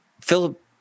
Philip